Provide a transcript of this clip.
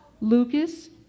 Lucas